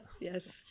Yes